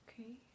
Okay